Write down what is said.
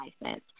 license